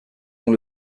dont